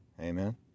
amen